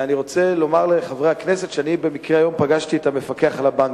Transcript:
אני רוצה לומר לחברי הכנסת שאני פגשתי היום במקרה את המפקח על הבנקים.